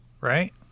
right